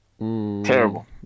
Terrible